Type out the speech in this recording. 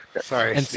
sorry